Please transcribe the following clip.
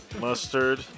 mustard